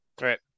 right